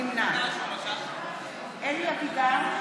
נמנע אלי אבידר,